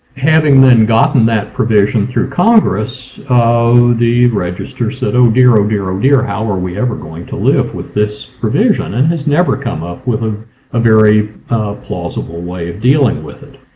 having then gotten that provision through congress, um the register said oh dear, oh dear, oh dear, how are we ever going to live with this provision? and has never come up with ah a very plausible way of dealing with it.